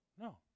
No